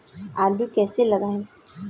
आलू कैसे लगाएँ?